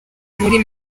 muri